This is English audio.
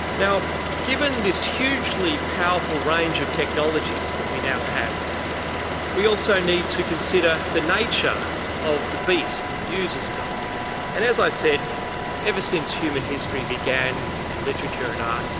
now given this hugely powerful range of technologies that we now have we also need to consider the nature of the beast that uses them and as i said ever since human history began and literature and art,